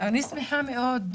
אני שמחה מאוד,